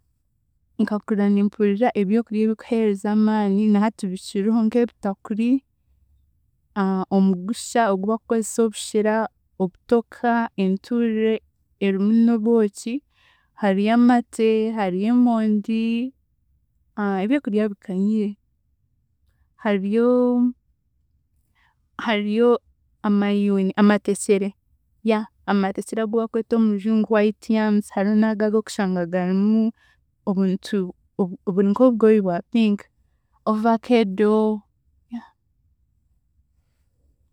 Nkakura nimpurira ebyokurya ebikuheereza amaani na hati bikiriho nk'ebitakuri, omugusha agu bakukozesa obushera, obutoka, enturire, erimu n'obwoki, hariyo amate, hariyo emondi, ebyokurya bikanyire, hariyo hariyo amayuni, amatekyere yeah amatekyere agu bakweta omu Rujungu white yarms hariho n'aga agu okushanga garimu obuntu biri nk'obugoyi bwa pink, ovacado yeah.